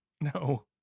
No